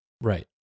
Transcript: Right